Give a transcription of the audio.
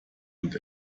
und